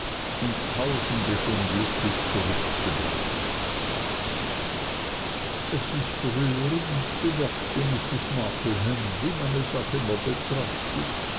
und tausende schon glücklich zurückgebracht es ist rührend bemerkte mrs markleham wie man es auch immer betrachtet